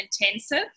intensive